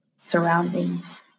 surroundings